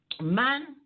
man